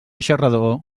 xarrador